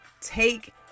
take